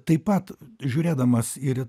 taip pat žiūrėdamas ir